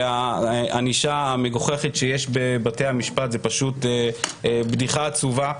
הענישה המגוחכת שיש בבתי המשפט היא פשוט בדיחה עצובה,